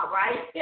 right